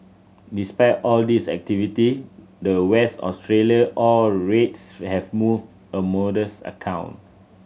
despite all this activity the West Australia ore rates have moved a modest account